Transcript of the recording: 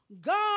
God